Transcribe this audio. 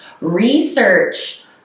Research